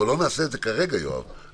לא נעשה את זה כרגע, יואב.